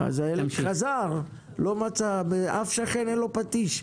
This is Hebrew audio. אז הילד חזר, לא מצא, אף שכן אין לו פטיש.